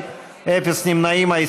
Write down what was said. עמר בר-לב,